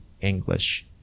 English